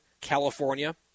California